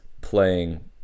playing